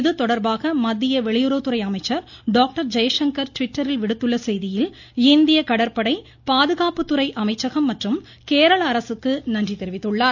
இதுதொடர்பாக மத்திய வெளியுறவுத்துறை ட்விட்டரில் விடுத்துள்ள செய்தியில் இந்திய கடற்படை பாதுகாப்புத்துறை அமைச்சகம் மற்றும் கேரள அரசுக்கு நன்றி தெரிவித்துள்ளார்